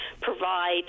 provide